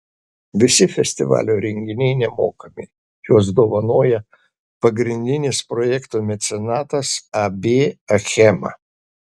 visi festivalio renginiai nemokami juos dovanoja pagrindinis projekto mecenatas ab achema